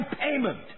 payment